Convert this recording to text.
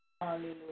Hallelujah